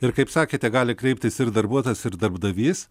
ir kaip sakėte gali kreiptis ir darbuotojas ir darbdavys